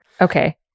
Okay